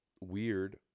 weird